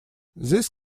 this